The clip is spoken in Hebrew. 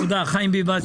חיים ביבס,